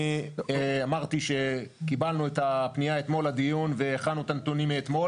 אמרתי שקיבלנו את הפנייה אתמול לדיון והכנו את הנתונים מאתמול.